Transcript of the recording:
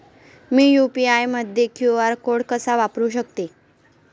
मी UPI मध्ये QR code कसा वापरु शकते?